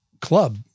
club